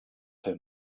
him